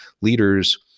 leaders